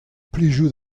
plijout